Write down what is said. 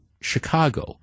Chicago